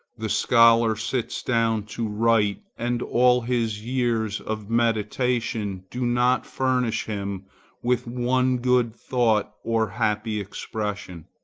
the scholar sits down to write, and all his years of meditation do not furnish him with one good thought or happy expression